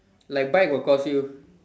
like bike will cost you